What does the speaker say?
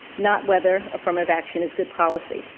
not whether affirmative action is good policy.